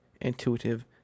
intuitive